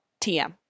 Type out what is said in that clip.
TM